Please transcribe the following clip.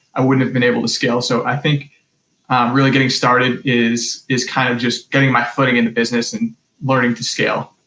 i wouldn't have been able to scale. so i think really getting started is is kind of just getting my footing in the business and learning to scale.